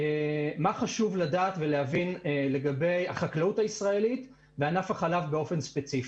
מה חשוב לדעת ולהבין לגבי החקלאות הישראלית וענף החלב באופן ספציפי.